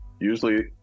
Usually